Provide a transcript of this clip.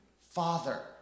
Father